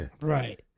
Right